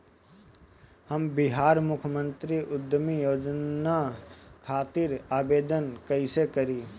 हम बिहार मुख्यमंत्री उद्यमी योजना खातिर आवेदन कईसे करी?